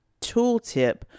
tooltip